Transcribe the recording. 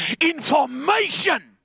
Information